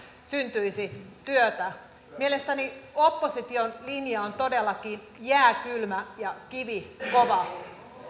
syntyisi työtä mielestäni opposition linja on todellakin jääkylmä ja kivikova